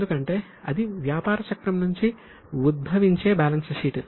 ఎందుకంటే అది వ్యాపార చక్రం నుంచి ఉద్భవించే బ్యాలెన్స్ షీట్